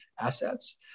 assets